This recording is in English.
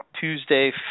Tuesday